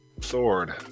Sword